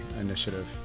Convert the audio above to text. initiative